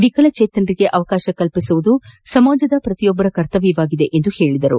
ವಿಕಲಚೇತನರಿಗೆ ಅವಕಾಶ ಕಲ್ಪಿಸುವುದು ಸಮಾಜದ ಪ್ರತಿಯೊಬ್ಬರ ಕರ್ತವ್ಯವಾಗಿದೆ ಎಂದು ಹೇಳಿದರು